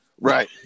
Right